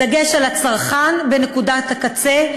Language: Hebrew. בדגש על הצרכן בנקודת הקצה,